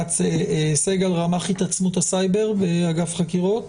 רמ"ח התעצמות הסייבר באגף חקירות,